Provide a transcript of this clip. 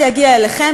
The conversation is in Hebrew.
זה יגיע אליכם,